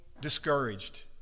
discouraged